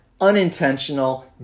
unintentional